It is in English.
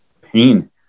pain